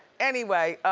anyway,